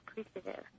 appreciative